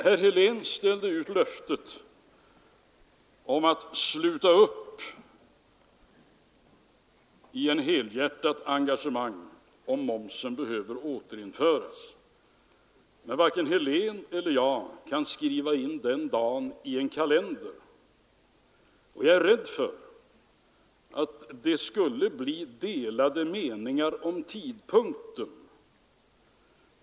Herr Helén gav löftet om att sluta upp i ett helhjärtat engagemang, om momsen behöver återinföras. Men varken herr Helén eller jag kan skriva in den dagen i en kalender. Jag är rädd för att det skulle bli delade meningar om tidpunkten.